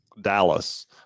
dallas